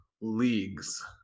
leagues